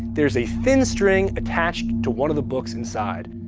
there's a thin string attached to one of the books inside.